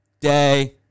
Day